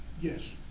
Yes